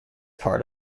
part